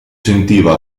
sentiva